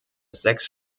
sechs